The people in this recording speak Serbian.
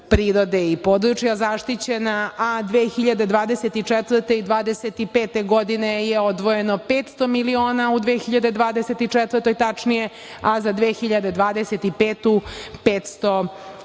i područja zaštićena, a 2024, i 2025. godine je odvojeno 500 miliona, u 2024. godini tačnije, a za 2025. godinu